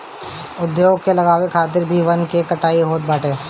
उद्योग के लगावे खातिर भी वन के कटाई होत बाटे